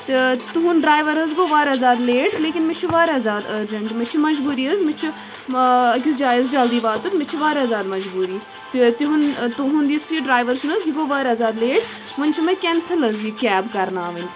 تہٕ تُہُنٛد ڈریوَر حظ گوٚو واریاہ زیادٕ لیٹ لیکِن مےٚ چھِ واریاہ زیادٕ أرجَںٛٹ مےٚ چھِ مجبوٗرِی حظ مےٚ چھُ أکِس جایہِ حظ جَلدٕے واتُن مےٚ چھِ واریاہ زیادٕ مَجبوٗرِی تہٕ تِہُنٛد تُہُنٛد یُس یہِ ڈریوَر چھُنہٕ حظ یہِ گوٚو واریاہ زِیادٕ لیٹ وۅنۍ چھُ مےٚ کینسٕل حظ یہِ کیب کَرناوٕنۍ